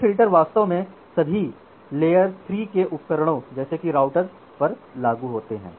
ये फ़िल्टर वास्तव में सभी लेयर 3 के उपकरणों जैसेकि राऊटर पर लागू होते हैं